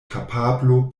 kapablo